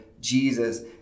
Jesus